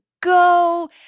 go